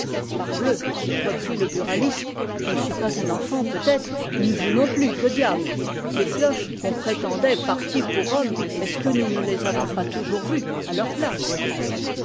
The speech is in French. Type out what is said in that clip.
parbleu reprit le buraliste je ne suis pas un enfant peut-être ni vous non plus que diable les cloches qu'on prétendait parties pour rome est-ce que nous ne les avons pas toujours vues à leur place